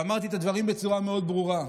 ואמרתי את הדברים בצורה מאוד ברורה: